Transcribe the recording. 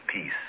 peace